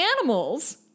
animals